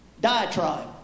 diatribe